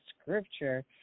scripture